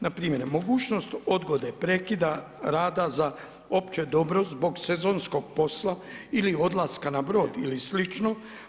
Npr. mogućnost odgode, prekida rada za opće dobro zbog sezonskog posla ili odlaska na brod ili slično.